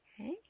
Okay